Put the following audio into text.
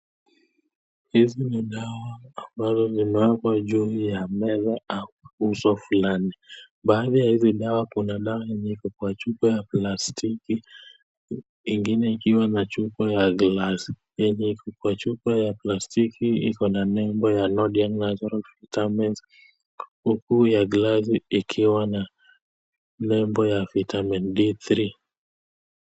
Hizi ni dawa ambazo zimewekwa juu ya meza au uso fulani. Baadhi ya hizi dawa kuna dawa yenye iko kwa chupa ya plastiki, ingine ikiwa na chupa ya glasi. Yenye iko kwa chupa ya plastiki iko na nembo ya Nordic Natural Vitamins , huku ya glasi ikiwa na nembo ya Vitamin D3 .